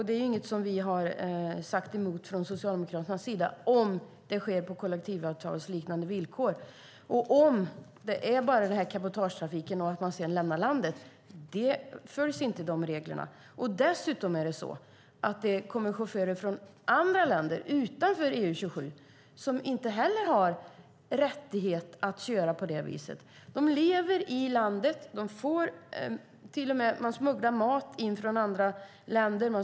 Det är inget som vi socialdemokrater inte sagt emot om resorna sker under kollektivavtalsliknande villkor och om det bara är cabotagetrafik och man sedan lämnar landet. Men de reglerna följs inte. Dessutom kommer chaufförer från länder utanför EU-27 som inte har rätt att köra på nämnda vis. De lever i landet. De smugglar in mat från andra länder.